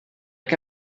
que